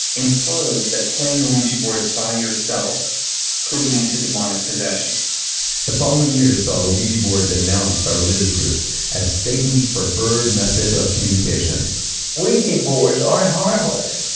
infers that playing a and ouija board by yourself could lead to demonic possession the following year saw the ouija board denounced by religious groups as satan's preferred method of communication ouija boards aren't harmless.